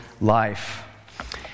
life